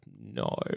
No